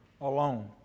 alone